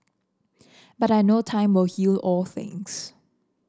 but I know time will heal all things